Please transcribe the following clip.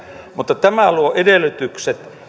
mutta tämä luo edellytykset